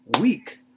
week